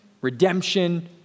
redemption